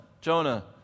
Jonah